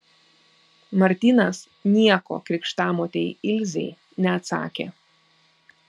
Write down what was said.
martynas nieko krikštamotei ilzei neatsakė